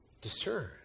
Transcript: discern